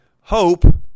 Hope